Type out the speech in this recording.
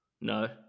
No